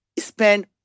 spend